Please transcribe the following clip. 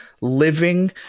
living